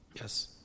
Yes